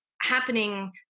happening